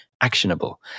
actionable